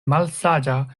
malsaĝa